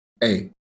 Hey